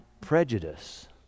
prejudice